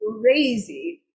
crazy